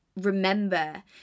remember